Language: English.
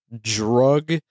drug